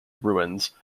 ruins